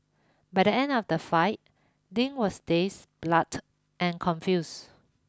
by the end of the fight Ding was dazed blood and confused